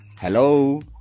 Hello